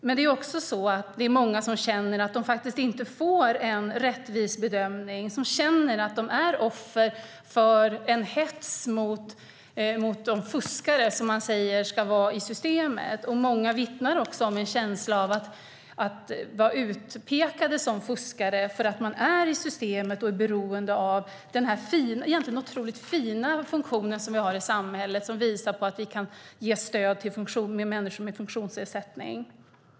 Men det är också många som känner att de inte får en rättvis bedömning, som känner att de är offer för en hets mot de fuskare som man säger finns i systemet. Många vittnar också om en känsla av att vara utpekade som fuskare därför att de finns i systemet och är beroende av den egentligen otroligt fina funktion i samhället som visar att stöd kan ges till människor med funktionsnedsättning.